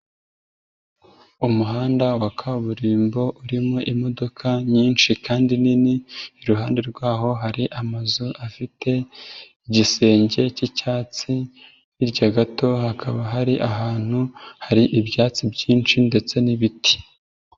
Umuhanda wa kaburimbo urimo imodoka nyinshi kandi nini, iruhande rw'aho hari amazu afite igisenge k'icyatsi, hirya gato hakaba hari ahantu hari ibyatsi byinshi ndetse n'ibiti.